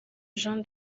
jean